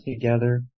together